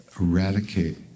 eradicate